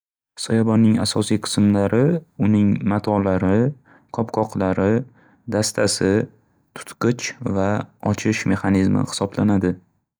Soyabonning asosiy qisimlari uning matolari, qopqoqlari, dastasi, tutqich va ochish mexanizmi xisoblanadi.